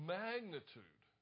magnitude